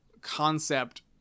concept